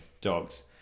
Dogs